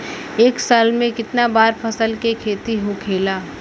एक साल में कितना बार फसल के खेती होखेला?